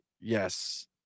Yes